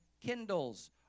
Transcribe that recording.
kindles